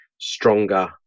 stronger